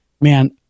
man